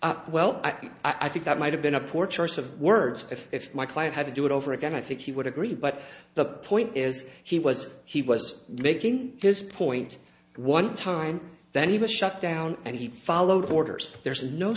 up well i think that might have been a poor choice of words if if my client had to do it over again i think he would agree but the point is he was he was making his point one time that he was shut down and he followed orders there's no